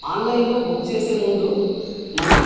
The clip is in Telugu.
ఆన్లైన్లో బుక్ చేసే ముందు మనం